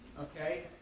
okay